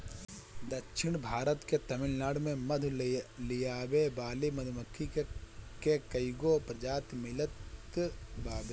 दक्षिण भारत के तमिलनाडु में मधु लियावे वाली मधुमक्खी के कईगो प्रजाति मिलत बावे